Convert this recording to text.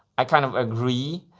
i kind of agree.